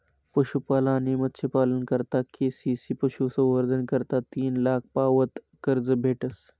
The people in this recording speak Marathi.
पशुपालन आणि मत्स्यपालना करता के.सी.सी पशुसंवर्धन करता तीन लाख पावत कर्ज भेटस